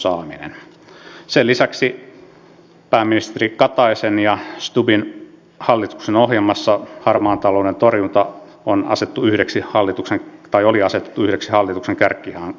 sen lisäksi pääministeri kataisen ja stubbin hallituksen ohjelmassa harmaan talouden torjunta on asetettu yhdeksi hallituksen tai oli asetettu yhdeksi hallituksen kärkihankkeeksi